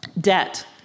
Debt